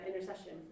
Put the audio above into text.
intercession